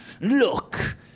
Look